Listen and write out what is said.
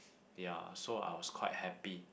ya so I was quite happy